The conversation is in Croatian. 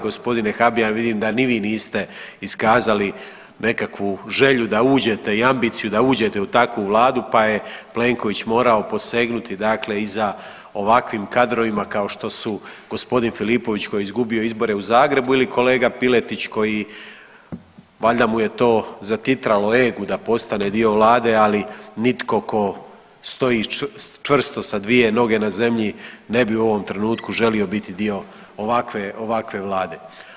Gospodine Habijan, vidim da ni vi niste iskazali nekakvu želju da uđete i ambiciju da uđete u takvu vladu, pa je Plenković morao posegnuti dakle i za ovakvim kadrovima kao što su g. Filipović koji je izgubio izbore u Zagrebu ili kolega Piletić koji, valjda mu je to zatitralo egu da postane dio vlade, ali nitko ko stoji čvrsto sa dvije noge na zemlji ne bi u ovom trenutku želio biti dio ovakve, ovakve vlade.